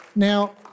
Now